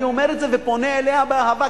אני אומר את זה ופונה אליה באהבה,